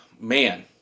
man